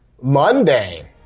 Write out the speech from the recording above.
Monday